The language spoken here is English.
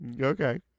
Okay